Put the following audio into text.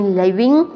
living